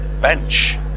bench